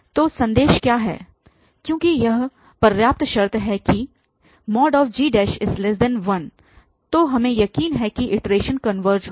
तो संदेश क्या है क्योंकि यह पर्याप्त शर्त है कि g1 तो हमें यकीन है कि इटरेशन कनवर्ज होगा